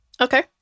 Okay